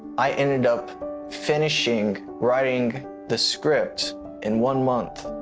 i ended up finishing writing the script in one month.